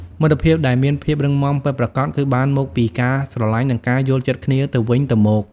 មិត្តភាពដែលមានភាពរឹងមាំពិតប្រាកដគឺបានមកពីការស្រលាញ់និងការយល់ចិត្តគ្នាទៅវិញទៅមក។